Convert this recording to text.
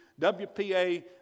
WPA